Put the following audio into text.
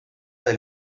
del